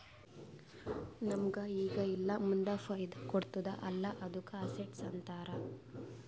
ನಮುಗ್ ಈಗ ಇಲ್ಲಾ ಮುಂದ್ ಫೈದಾ ಕೊಡ್ತುದ್ ಅಲ್ಲಾ ಅದ್ದುಕ ಅಸೆಟ್ಸ್ ಅಂತಾರ್